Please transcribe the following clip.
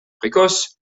précoce